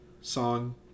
song